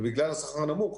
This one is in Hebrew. בגלל השכר הנמוך